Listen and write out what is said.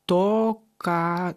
to ką